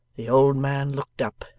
the old man looked up,